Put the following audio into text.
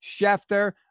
Schefter